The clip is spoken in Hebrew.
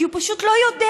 כי הוא פשוט לא יודע.